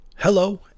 Hello